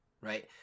right